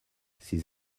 ses